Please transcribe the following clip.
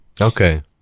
okay